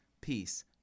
peace